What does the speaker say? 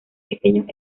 pequeños